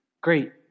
Great